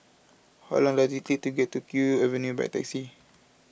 how long does it take to get to Kew Avenue by taxi